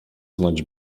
znać